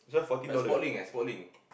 plus Sportslink eh Sportslink